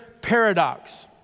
paradox